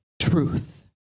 truth